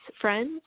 friends